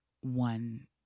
one